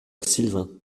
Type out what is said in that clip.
silvain